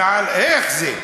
אינעל, איך זה?